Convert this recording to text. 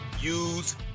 use